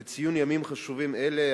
לציון ימים חשובים אלה,